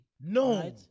No